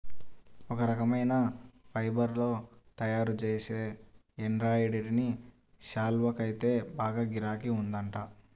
ఒక రకమైన ఫైబర్ తో తయ్యారుజేసే ఎంబ్రాయిడరీ శాల్వాకైతే బాగా గిరాకీ ఉందంట